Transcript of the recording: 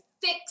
fix